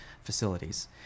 facilities